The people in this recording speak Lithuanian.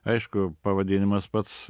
aišku pavadinimas pats